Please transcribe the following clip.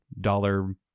dollar